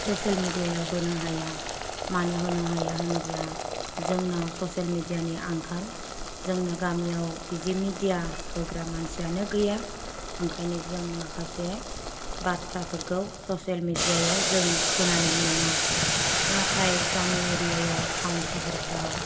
social मेडियायाव होनो हाया मानो होनो हाया होनोब्ला जोंनाव ससियेल मेडियानि आंखाल जोंनो गामियाव बिदि मेडिया होग्रा मानसियानो गैया ओंखायनो जों माखासे बाथ्राफोरखौ ससियेल मेडियायाव जों खोनानो मोना नाथाय गामि एरियायाव टाउन सोहोरफ्राव